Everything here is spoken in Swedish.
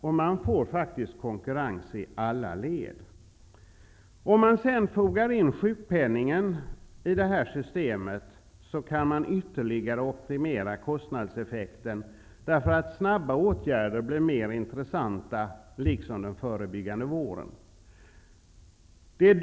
Vi får faktisk konkurrens i alla led. Om vi sedan fogar in sjukpenningen i det här systemet kan vi ytterligare optimera kostnadseffekten, eftersom snabba åtgärder blir mer intressanta, liksom den förebyggande vården.